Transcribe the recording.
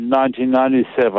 1997